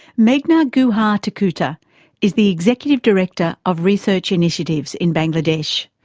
meghna guhathakurta is the executive director of research initiatives in bangladesh.